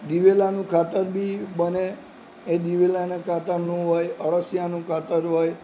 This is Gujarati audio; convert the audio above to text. દિવેલાનું ખાતર બી બને એ દિવેલાને ખાતરનું હોય અળસિયાનું ખાતર હોય